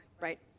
right